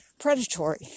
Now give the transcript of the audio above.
predatory